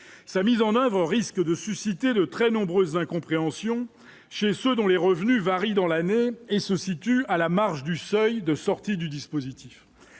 sa mise en oeuvre, au risque de susciter de très nombreuses incompréhensions chez ceux dont les revenus varient dans l'année et se situe à la marge du seuil de sortie du dispositif